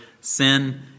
sin